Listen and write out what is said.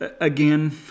again